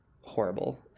horrible